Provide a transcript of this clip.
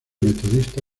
metodista